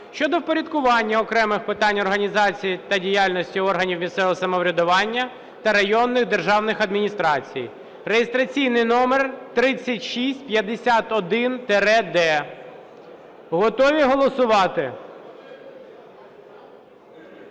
щодо впорядкування окремих питань організації та діяльності органів місцевого самоврядування та районних державних адміністрацій (реєстраційний номер 3651-д). Готові голосувати?